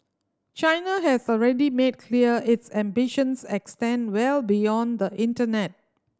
China has already made clear its ambitions extend well beyond the internet